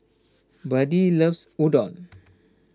Buddie loves Udon